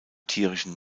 tierischen